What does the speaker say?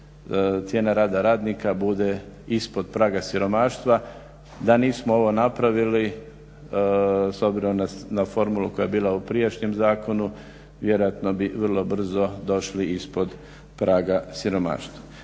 cijena rada radnika bude ispod praga siromaštva. Da nismo ovo napravili, s obzirom na formulu koja je bila u prijašnjem zakonu vjerojatno bi vrlo brzo došli ispod praga siromaštva.